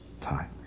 time